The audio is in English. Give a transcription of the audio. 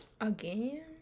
again